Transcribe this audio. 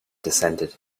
descended